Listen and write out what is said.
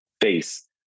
face